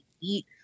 eat